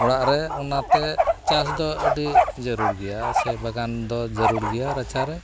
ᱚᱲᱟᱜᱨᱮ ᱚᱱᱟᱛᱮ ᱪᱟᱥᱫᱚ ᱟᱹᱰᱤ ᱡᱟᱹᱲᱩᱲ ᱜᱮᱭᱟ ᱥᱮ ᱵᱟᱜᱟᱱᱫᱚ ᱡᱟᱹᱲᱩᱲ ᱜᱮᱭᱟ ᱨᱟᱪᱟᱨᱮ